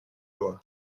loi